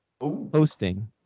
Hosting